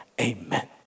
Amen